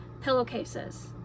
pillowcases